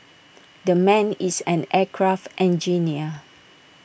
the man is an aircraft engineer